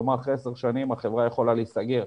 כלומר אחרי עשר שנים החברה יכולה להיסגר,